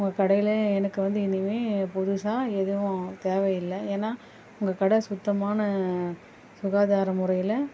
உங்கள் கடையில் எனக்கு வந்து இனிமே புதுசாக எதுவும் தேவயில்லை ஏன்னா உங்கள் கடை சுத்தமான சுகாதாரமுறையில்